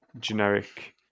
Generic